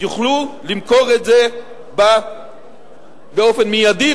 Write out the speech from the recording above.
יוכלו למכור אותן באופן מיידי,